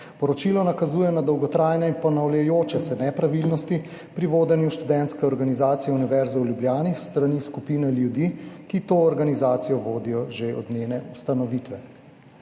Poročilo nakazuje na dolgotrajne in ponavljajoče se nepravilnosti pri vodenju Študentske organizacije Univerze v Ljubljani s strani skupine ljudi, ki to organizacijo vodijo že od njene ustanovitve.